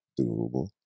Doable